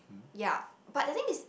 ya but the thing is